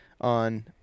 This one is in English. on